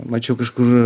mačiau kažkur